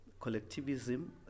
collectivism